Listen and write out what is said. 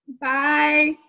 Bye